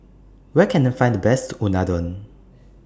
Where Can I Find The Best Unadon